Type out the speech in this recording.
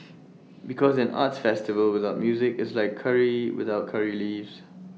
because an arts festival without music is like Curry without Curry leaves